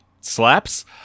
slaps